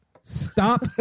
Stop